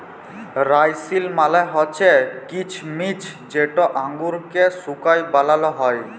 রাইসিল মালে হছে কিছমিছ যেট আঙুরকে শুঁকায় বালাল হ্যয়